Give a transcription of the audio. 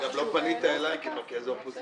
גם לא פנית אליי כמרכז האופוזיציה.